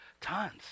tons